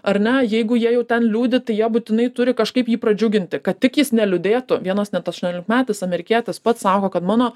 ar ne jeigu jie jau ten liūdi tai jie būtinai turi kažkaip jį pradžiuginti kad tik jis neliūdėtų vienas net aštuoniolikmetis amerikietis pats sako kad mano